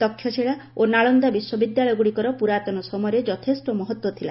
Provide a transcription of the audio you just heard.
ତକ୍ଷଶିଳା ଓ ନାଳନ୍ଦା ବିଶ୍ୱବିଦ୍ୟାଳୟଗୁଡ଼ିକର ପୁରାତନ ସମୟରେ ଯଥେଷ୍ଟ ମହତ୍ତ୍ୱ ଥିଲା